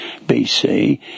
bc